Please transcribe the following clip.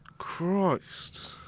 Christ